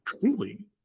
truly